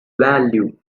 value